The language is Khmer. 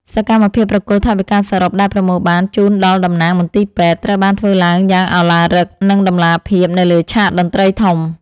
សកម្មភាពប្រគល់ថវិកាសរុបដែលប្រមូលបានជូនដល់តំណាងមន្ទីរពេទ្យ ត្រូវបានធ្វើឡើងយ៉ាងឱឡារិក និងតម្លាភាពនៅលើឆាកតន្ត្រីធំ។